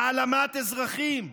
העלמת אזרחים,